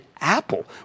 Apple